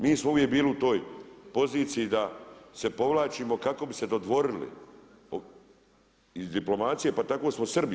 Mi smo uvijek bili u toj poziciji da se povlačimo kako bi se dodvorili iz diplomacije, pa tako smo Srbi.